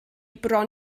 bron